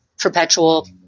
perpetual –